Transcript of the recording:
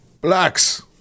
Blacks